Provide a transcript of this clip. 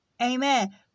Amen